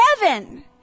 heaven